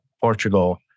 Portugal